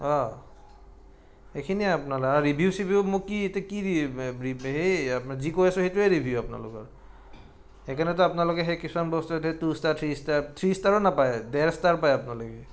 অঁ এইখিনিয়ে আপোনালৈ আৰু ৰিভিউ চিভিউ মোক কি এতিয়া কি সেই আপোনাৰ যি কৈ আছো সেইটোৱে ৰিভিউ আপোনালোকৰ সেইকাৰণে আপোনালোকে সেই কিছুমান বস্তুত সেই টু ষ্টাৰ থ্ৰী ষ্টাৰ থ্ৰী ষ্টাৰো নাপায় ডেৰ ষ্টাৰ পায় আপোনালোকে